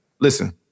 listen